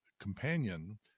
companion